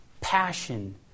passion